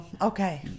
okay